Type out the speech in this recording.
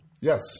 Yes